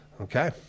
Okay